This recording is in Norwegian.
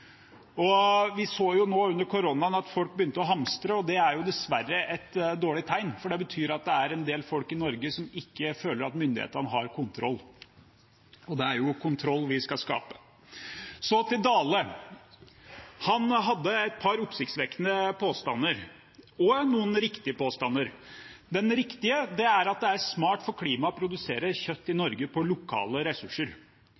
Vi så nå under koronaen at folk begynte å hamstre, og det er dessverre et dårlig tegn, for det betyr at det er en del folk i Norge som ikke føler at myndighetene har kontroll. Og det er jo kontroll vi skal skape. Så til Dale: Han hadde et par oppsiktsvekkende påstander – og noen riktige påstander. Den riktige er at det er smart for klimaet å produsere kjøtt i